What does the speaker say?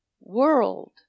world